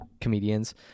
comedians